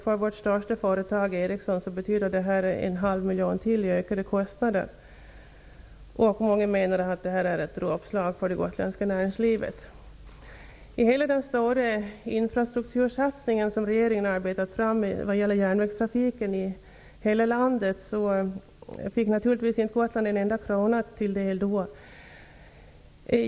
För vårt största företag, Ericsson, betyder detta en halv miljon i ökade kostnader. Många menar att detta är ett dråpslag för det gotländska näringslivet. I hela den stora infrastruktursatsning som regeringen har arbetat fram vad gäller järnvägstrafiken i hela landet så fick naturligtvis inte Gotland en enda krona.